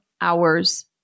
hours